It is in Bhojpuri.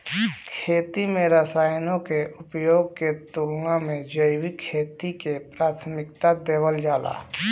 खेती में रसायनों के उपयोग के तुलना में जैविक खेती के प्राथमिकता देवल जाला